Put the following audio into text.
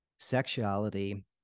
Sexuality